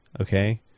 okay